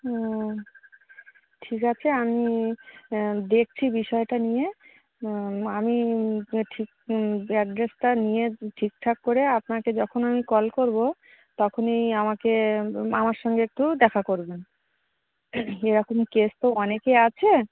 ও ঠিক আছে আমি দেখছি বিষয়টা নিয়ে আমি ঠিক অ্যাড্রেসটা নিয়ে ঠিকঠাক করে আপনাকে যখন আমি কল করব তখনই আমাকে আমার সঙ্গে একটু দেখা করবেন এরকম কেস তো অনেকে আছে